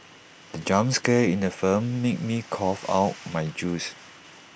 the jump scare in the film made me cough out my juice